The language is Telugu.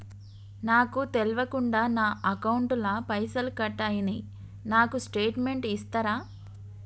నాకు తెల్వకుండా నా అకౌంట్ ల పైసల్ కట్ అయినై నాకు స్టేటుమెంట్ ఇస్తరా?